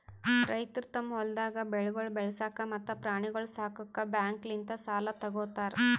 ರೈತುರು ತಮ್ ಹೊಲ್ದಾಗ್ ಬೆಳೆಗೊಳ್ ಬೆಳಸಾಕ್ ಮತ್ತ ಪ್ರಾಣಿಗೊಳ್ ಸಾಕುಕ್ ಬ್ಯಾಂಕ್ಲಿಂತ್ ಸಾಲ ತೊ ಗೋತಾರ್